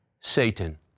Satan